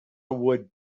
would